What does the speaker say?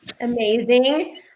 Amazing